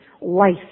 Life